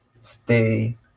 stay